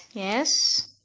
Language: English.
yes.